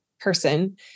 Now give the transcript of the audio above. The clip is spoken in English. person